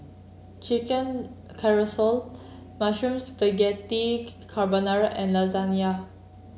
Chicken Casserole Mushroom Spaghetti Carbonara and Lasagna